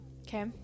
okay